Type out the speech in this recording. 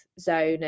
zone